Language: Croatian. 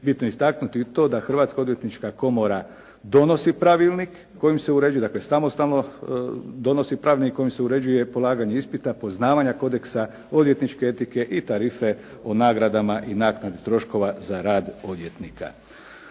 Bitno je istaknuti i to da Hrvatska odvjetnička komora donosi pravilnik kojim se uređuje, dakle samostalno donosi pravilnik kojim se uređuje polaganje ispita, poznavanja kodeksa odvjetničke etike i tarife o nagradama i naknadi troškova za rad odvjetnika.